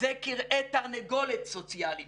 זה כרעי תרנגולת סוציאליים